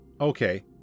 Okay